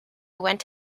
went